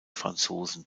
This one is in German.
franzosen